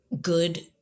good